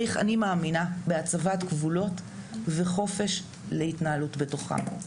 אני מאמינה בהצבת בגבולות וחופש להתנהלות בתוכה.